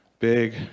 Big